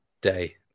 day